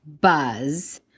Buzz